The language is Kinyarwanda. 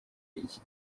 iki